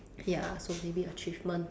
ya so maybe achievement